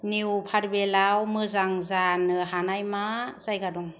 new पार्भेलाव मोजां जानो हानाय मा जायगा दं